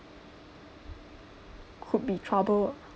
could be trouble lah